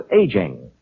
aging